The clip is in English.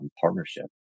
partnership